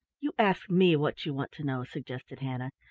you ask me what you want to know, suggested hannah.